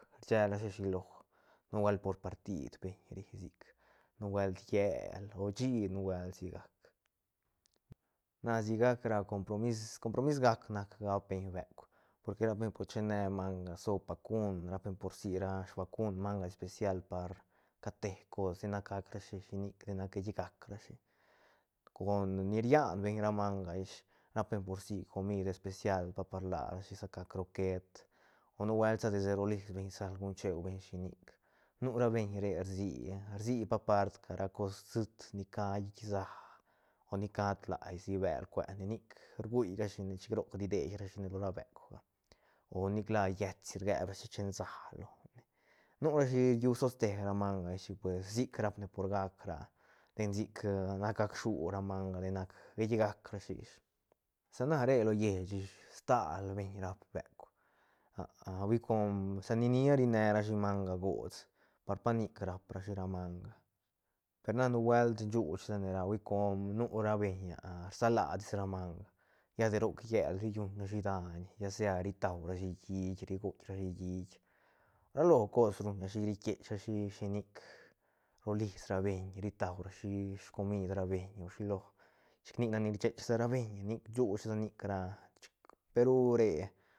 Selrashi shilo nubuelt por partid beñ ri sic nubuelt hiel o rshi nu buelt si gac na sigac ra compromis- compromis gac ra gapbeñ beuk porque rap beñ por chine manga soob vacun rapbeñ por sira vacun manga especial par cate cos ten nac gac ra shi shinic ten nac geitk gac rashi con ni rianbeñ ra manga ish rapbeñ por si comid especial pa par larashi sa ca croquet o nubuelt sa desde ro lisbeñ sal guñ cheubeñ shinic nu ra beñ re rsi rsi pa par ra cos siit ni ca hí sä o ni ca tlaesi bel cuene nic rgui rashine chic roc ri deirashine lo ra beukga o nic la llët si rgeb rashi chen sä lone nu rashi riutoste ra manga ish chic pues sic gacne por gac ra ten sic nac gac shu ramanga den nac geitk gac shi ish sa na re lo lleich ish stal beñ rap beuk hui com sa ni nia rinerashi manga gost par pa nic raprashi manga pe na nu buelt shuuch sa ne ra hui com nu ra beñ rsalatis ra manga lla de roc llél riguñ rashi daiñ lla sea ritua rashi hiit ri guitk ra shi hiit ra lo cos ruñrashi ri quiech rashi shi nic ro lisrabeñ ri tua rashi scomid ra beñ o shilo chic nic nac ni rchech sa ra beñ nic shuuch sa nic ra na chic pe ru re.